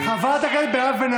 לא, זה מדהים אותי.